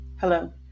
Hello